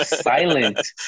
silent